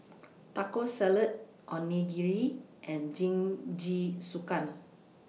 Taco Salad Onigiri and Jingisukan